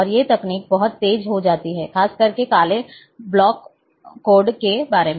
और ये तकनीक बहुत तेज हो जाती है खासकर काले ब्लॉक कोड के बारे में